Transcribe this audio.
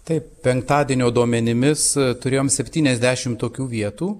taip penktadienio duomenimis turėjom septyniasdešimt tokių vietų